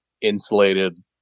insulated